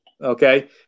Okay